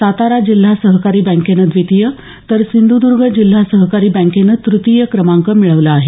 सातारा जिल्हा सहकारी बँकेनं द्वितीय तर सिंधुदर्ग जिल्हा सहकारी बँकेनं तृतीय क्रमांक मिळवला आहे